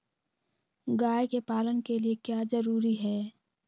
गाय के पालन के लिए क्या जरूरी है?